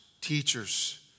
teachers